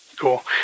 cool